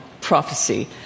prophecy